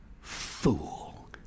fool